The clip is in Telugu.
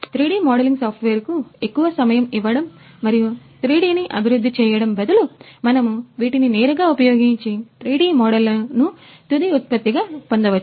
3 డి మోడలింగ్ సాఫ్ట్వేర్కు ఎక్కువ సమయం ఇవ్వడం మరియు 3 డిని అభివృద్ధి చేయడం బదులు మనము వీటిని నేరుగా ఉపయోగించి 3D మోడళ్లను తుది ఉత్పత్తిగా పొందవచ్చు